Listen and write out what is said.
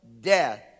death